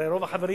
הרי רוב החברים,